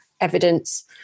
evidence